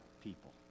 people